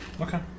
Okay